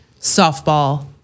softball